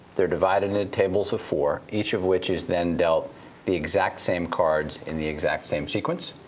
they're divided into tables of four, each of which is then dealt the exact same cards in the exact same sequence,